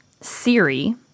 Siri